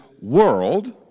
world